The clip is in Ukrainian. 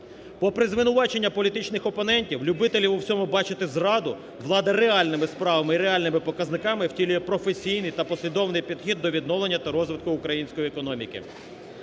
Попри звинувачення політичних опонентів, любителів в усьому бачити зраду, влада реальними справами і реальними показниками втілює професійний та послідовний підхід до відновлення та розвитку української економіки.